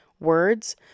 words